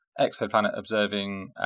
exoplanet-observing